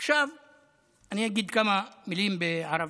עכשיו אני אגיד כמה מילים בערבית,